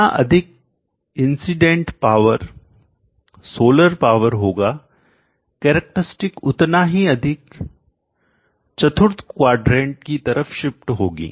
जितना अधिक incident power solar power होगा कैरेक्टरस्टिक उतना ही अधिक चतुर्थ क्वाड्रेंट चतुर्थांश की तरफ शिफ्ट होगी